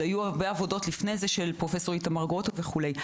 היו הרבה עבודות לפני זה של פרופסור איתמר גרוטו וכולי.